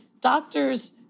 doctors